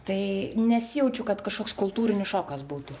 tai nesijaučiu kad kažkoks kultūrinis šokas būtų